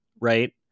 right